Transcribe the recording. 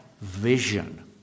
vision